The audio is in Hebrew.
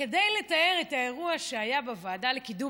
כדי לתאר את האירוע שהיה בוועדה לקידום